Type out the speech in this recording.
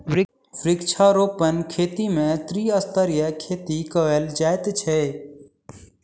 वृक्षारोपण खेती मे त्रिस्तरीय खेती कयल जाइत छै